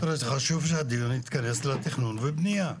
זה חשוב שהדיון יתכנס לתכנון ובניה.